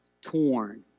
torn